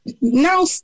now